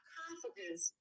confidence